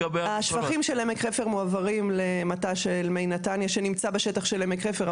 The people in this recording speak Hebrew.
השפכים של עמק חפר מועברים למט"ש של מי נתניה שנמצא בשטח של עמק חפר,